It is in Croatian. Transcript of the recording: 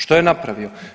Što je napravio?